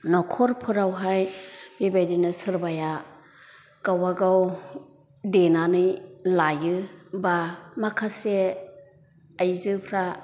नखरफोरावहाय बेबायदिनो सोरबाया गावबा गाव देनानै लायो बा माखासे आयजोफ्रा